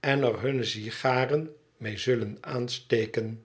en er hunne sigaren mee zullen aansteken